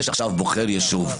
זה שעכשיו בוחר יישוב,